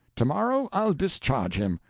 to-morrow i'll discharge him.